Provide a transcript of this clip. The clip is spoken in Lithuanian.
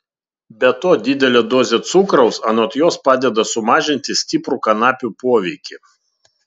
be to didelė dozė cukraus anot jos padeda sumažinti stiprų kanapių poveikį